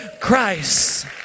christ